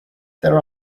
there